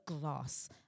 glass